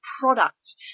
product